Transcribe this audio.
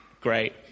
great